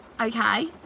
okay